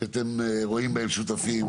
כי אתם רואים בהם שותפים,